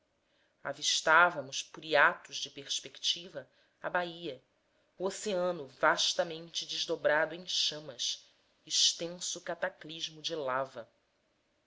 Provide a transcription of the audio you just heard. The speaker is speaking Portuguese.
emparedada avistávamos por hiatos de perspectiva a baia o oceano vastamente desdobrado em chamas extenso cataclismo de lava